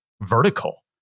vertical